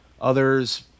Others